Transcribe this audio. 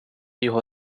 його